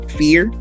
fear